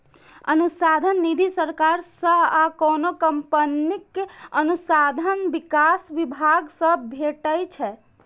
अनुसंधान निधि सरकार सं आ कोनो कंपनीक अनुसंधान विकास विभाग सं भेटै छै